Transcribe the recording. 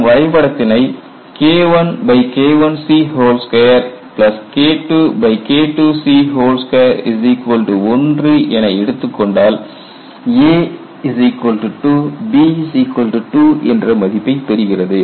நாம் வரைபடத்தினை KIKIC2KIIKIIC2 1 என எடுத்துக்கொண்டால் a2 b2 என்ற மதிப்பைப் பெறுகிறது